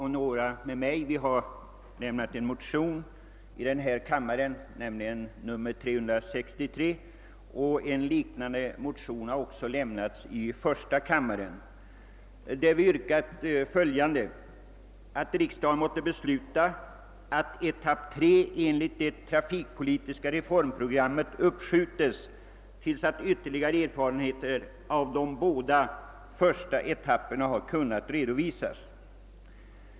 Herr talman! I motionsparet 1:376 och II: 363 yrkar vi motionärer att riksdagen måtte besluta att etapp tre enligt det trafikpolitiska reformprogrammet uppskjutes till dess ytterligare erfarenheter av de båda första etapperna har kunnat redovisas.